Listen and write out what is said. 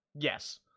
yes